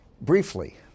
Briefly